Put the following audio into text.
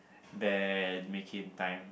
then make it in time